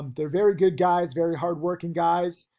they're very good guys, very hard working guys.